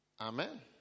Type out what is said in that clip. Amen